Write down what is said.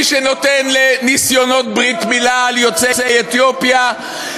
מי שנותן לניסיונות ברית מילה על יוצאי אתיופיה?